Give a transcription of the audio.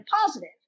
positive